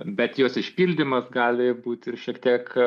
bet jos išpildymas gali būt ir šiek tiek